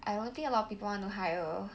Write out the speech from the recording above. I don't think a lot of people want to hire